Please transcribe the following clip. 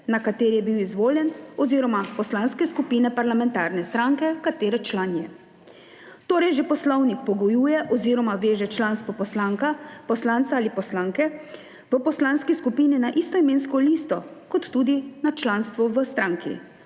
na kateri je bil izvoljen, oziroma poslanske skupine parlamentarne stranke, katere član je. Torej že poslovnik pogojuje oziroma veže članstvo poslanca ali poslanke v poslanski skupini na istoimensko listo, kot tudi na članstvo v stranki.